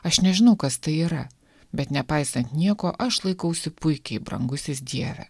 aš nežinau kas tai yra bet nepaisant nieko aš laikausi puikiai brangusis dieve